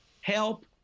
help